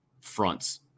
fronts